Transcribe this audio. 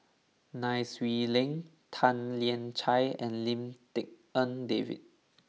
Nai Swee Leng Tan Lian Chye and Lim Tik En David